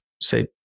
say